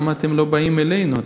למה אתם לא באים אלינו?